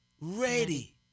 ready